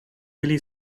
really